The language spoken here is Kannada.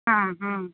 ಹಾಂ ಹಾಂ